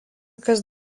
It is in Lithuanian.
kas